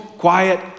Quiet